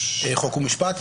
חוק ומשפט,